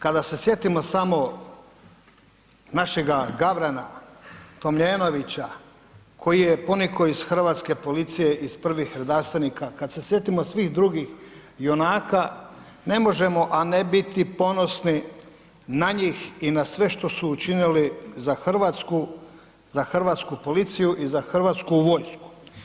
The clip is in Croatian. Kada se sjetimo samo našega Gavrana Tomljenovića koji je ponikao iz hrvatske policije iz Prvih hrvatskih redarstvenika, kada se sjetimo svih drugih junaka ne možemo a ne biti ponosni na njih i na sve što su učinili za Hrvatsku, za hrvatsku policiju i za Hrvatsku vojsku.